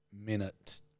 Minute